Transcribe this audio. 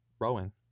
rowing